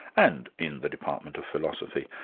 and in the department of philosophy.